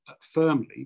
firmly